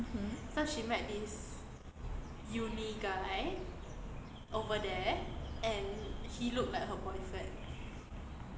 mmhmm